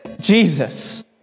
Jesus